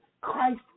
Christ